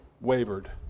wavered